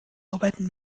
arbeiten